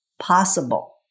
possible